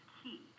key